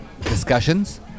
discussions